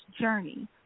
journey